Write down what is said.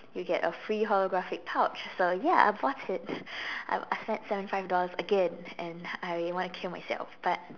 you get a free holographic pouch so ya I bought it I I spent seventy five dollars again and I want to kill myself but